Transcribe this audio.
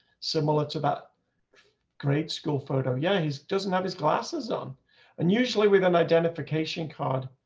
similar to that great school photo. yeah, he doesn't have his glasses on and usually with an identification card.